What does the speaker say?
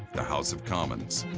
the house of commons.